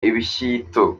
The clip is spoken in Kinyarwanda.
ibishyito